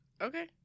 okay